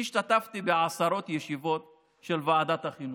אני השתתפתי בעשרות ישיבות של ועדת החינוך.